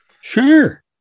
Sure